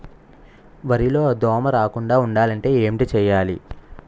వరిలో దోమ రాకుండ ఉండాలంటే ఏంటి చేయాలి?